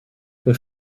peu